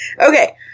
Okay